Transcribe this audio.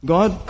God